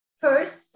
first